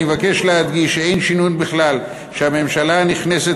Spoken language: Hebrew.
אני מבקש להדגיש שאין שינוי בכלל שהממשלה והכנסת